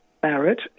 Barrett